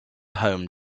home